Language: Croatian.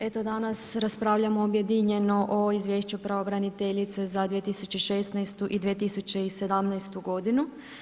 Eto, danas raspravljamo objedinjeno o izvješću pravobraniteljice za 2016. i 2017. godinu.